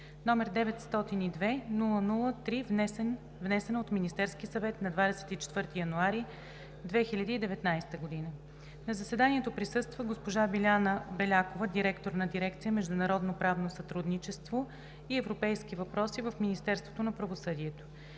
г., № 902-00-3, внесена от Министерски съвет на 24 януари 2019 г. На заседанието присъства госпожа Биляна Белякова – директор на Дирекция „Международно правно сътрудничество и европейски въпроси“ в Министерството на правосъдието.